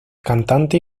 cantante